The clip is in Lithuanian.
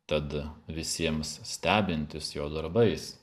tad visiems stebintis jo darbais